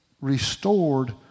restored